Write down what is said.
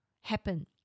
happen